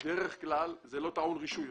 בדרך כלל זה לא טעון רישוי.